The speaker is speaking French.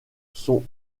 sont